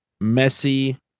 Messi